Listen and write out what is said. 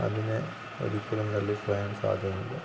അതിനെ ഒരിക്കലും തള്ളിക്കളയാൻ സാധ്യമല്ല